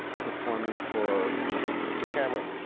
performing for the camera.